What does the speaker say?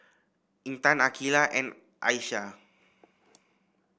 Intan Aqeelah and Aisyah